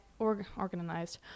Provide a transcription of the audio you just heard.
organized